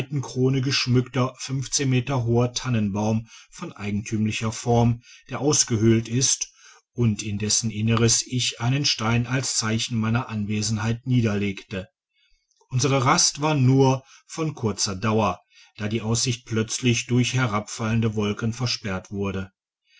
geschmückter meter hoher tannenbaum von eigentümlicher form der ausgehöhlt ist und in dessen inneres ich einen stein als zeichen meiner anwesenheit niederlegte unsere rast war nur von kurzer dauer da die aussicht plötzlich durch herabfallende wolken versperrt wurde